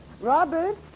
Robert